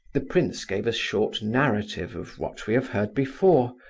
the prince gave a short narrative of what we have heard before,